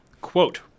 Quote